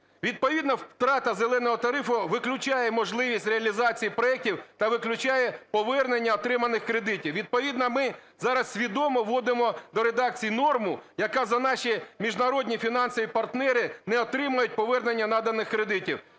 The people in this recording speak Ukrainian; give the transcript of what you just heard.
Відповідно втрата "зеленого" тарифу виключає можливість реалізації проектів та виключає повернення отриманих кредитів. Відповідно ми зараз свідомо вводимо до редакції норму, яка… наші міжнародні фінансові партнери не отримають повернення наданих кредитів.